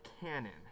cannon